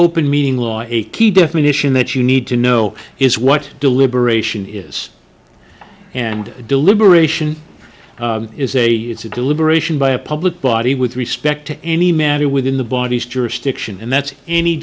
open meeting law a key definition that you need to know is what deliberation is and deliberation is a it's a deliberation by a public body with respect to any matter within the body's jurisdiction and that's any